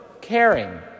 caring